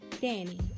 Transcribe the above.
Danny